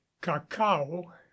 Cacao